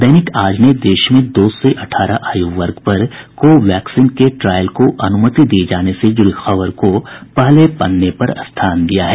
दैनिक आज ने देश में दो से अठारह आयु वर्ग पर को वैक्सीन के ट्रायल को अनुमति दिये जाने से जुड़ी खबर को पहले पन्ने पर स्थान दिया है